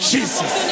Jesus